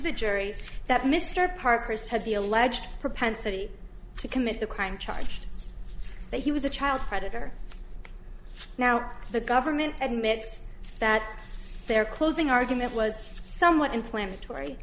the jury that mr parker's had the alleged propensity to commit the crime charge that he was a child predator now the government admits that their closing argument was somewhat inflammatory